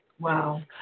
Wow